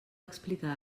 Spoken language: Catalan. explicar